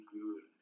good